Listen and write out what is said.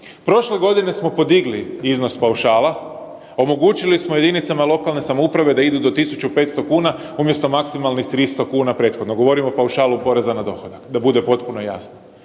Prošle godine smo podigli iznos paušala, omogućili smo jedinicama lokalne samouprave da idu do 1.500 kuna umjesto maksimalno 300 kuna prethodno, govorim o paušalu poreza na dohodak, da bude potpuno jasno.